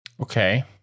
okay